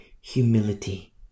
Humility